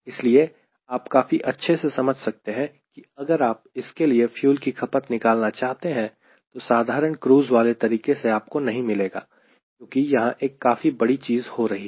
इसलिए आप काफ़ी अच्छे से समझ सकते हैं कि अगर आप इसके लिए फ्यूल की खपत निकालना चाहते है तो साधारण क्रूज़ वाले तरीके से आपको नहीं मिलेगा क्योंकि यहां एक काफ़ी बड़ी चीज हो रही है